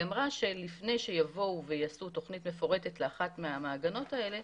אמרה שלפני שיבואו ויעשו תוכנית מפורטת לאחת מהמעגנות האלה,